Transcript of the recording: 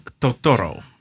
Totoro